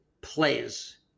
plays